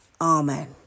Amen